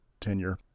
tenure